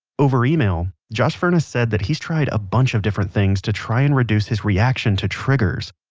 over email josh furnas said that he's tried a bunch of different things to try and reduce his reaction to triggers.